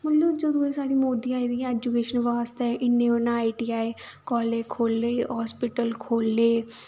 मतलब जदूं दी साढ़ी मोदी आए दे ऐ उन्नै ऐजुकेशन बास्तै इन्ने उन्नै आई टी आई कालेज खोह्ले हास्पिटल खोह्ले